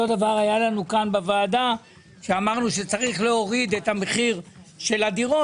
אותו דבר היה לנו כאן בוועדה כשאמרנו שצריך להוריד את המחיר של הדירות,